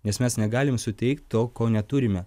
nes mes negalim suteikt to ko neturime